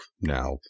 now